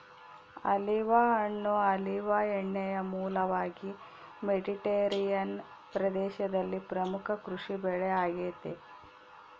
olive ಹಣ್ಣು olive ಎಣ್ಣೆಯ ಮೂಲವಾಗಿ ಮೆಡಿಟರೇನಿಯನ್ ಪ್ರದೇಶದಲ್ಲಿ ಪ್ರಮುಖ ಕೃಷಿಬೆಳೆ ಆಗೆತೆ